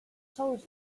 told